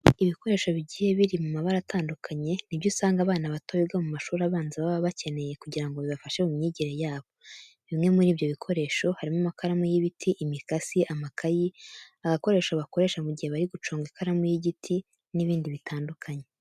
Ibikoresho bigiye biri mu mabara atandukanye ni byo usanga abana bato biga mu mashuri abanza baba bakeneye kugira ngo bibafashe mu myigire yabo. Bimwe muri ibyo bikoresho harimo amakaramu y'ibiti, imikasi, amakayi, agakoresho bakoresha mu gihe bari guconga ikaramu y'igiti n'ibindi bitandukanye.